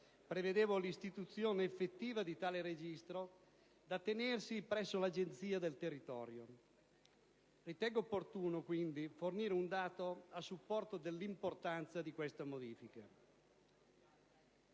prevedevo l'istituzione effettiva di tale registro da tenersi presso l'Agenzia del territorio. Ritengo opportuno, quindi, fornire un dato a supporto dell'importanza di questa modifica.